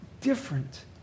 different